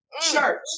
church